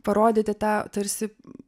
parodyti tą tarsi